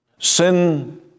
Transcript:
Sin